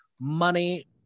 money